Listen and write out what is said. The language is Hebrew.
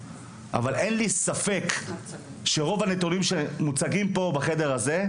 אבל אין לי ספק שרוב הנתונים שמוצגים פה בחדר הזה,